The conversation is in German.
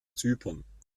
zypern